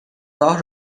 راه